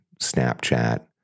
Snapchat